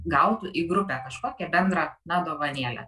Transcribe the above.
gautų į grupę kažkokią bendrą na dovanėlę